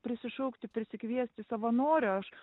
prisišaukti prisikviesti savanorių aš